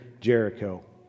Jericho